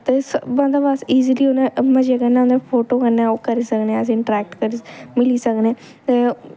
ते बंदा बस इजली उ'नें मजे कन्नै उ'नें फोटो कन्नै करी सकने अस इंट्रैक्ट करी सकनें मिली सकने ते